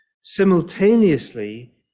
simultaneously